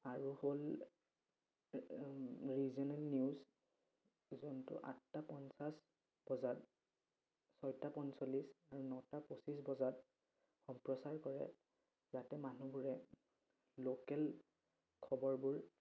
আৰু হ'ল regional news যোনটো আঠটা পঞ্চাছ বজাত ছয়টা পঞ্চল্লিছ আৰু নটা পঁচিছ বজাত সম্প্ৰচাৰ কৰে যাতে মানুহবোৰে লোকেল খবৰবোৰ